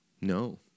No